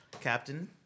Captain